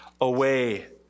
away